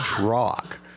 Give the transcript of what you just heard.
rock